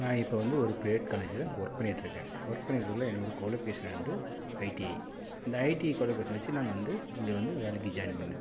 நான் இப்போது வந்து ஒரு ப்ரைவேட் காலேஜில் ஒர்க் பண்ணிக்கிட்டு இருக்கேன் ஒர்க் பண்ணிக்கிட்டு இருக்கக்குள்ளே என்னோடய குவாலிஃபிகேஷன் வந்து ஐடிஐ இந்த ஐடிஐ குவாலிஃபிகேஷனை வெச்சுட்டு நான் வந்து இங்கே வந்து வேலைக்கு ஜாயின் பண்ணேன்